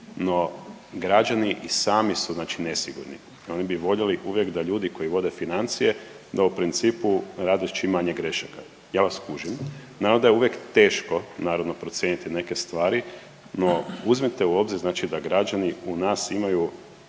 no građani i sami su znači nesigurni, oni bi voljeli uvijek da ljudi koji vode financije da u principu rade čim manje grešaka. Ja vas kužim, naravno da je uvijek teško naravno procijeniti neke stvari, no uzmite u obzir znači da građani u nas imaju